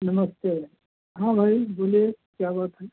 नमस्ते हाँ भाई बोलिए क्या बात है